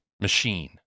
machine